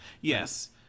yes